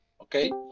Okay